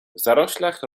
zaroślach